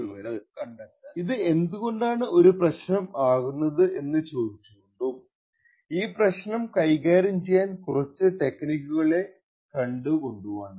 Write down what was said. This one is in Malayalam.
നമ്മൾ ഈ വീഡിയോ ലെക്ച്ചർ തുടങ്ങുന്നത് ഇത് എന്തുകൊണ്ടാണ് ഒരു പ്രശ്നം ആകുന്നത് എന്ന ചോദിച്ചു കൊണ്ടും ഈ പ്രശ്നം കൈകാര്യം ചെയ്യാൻ കുറച്ചു ടെക്നിക്കുകളെ കണ്ടുകൊണ്ടുമാണ്